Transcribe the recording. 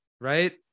right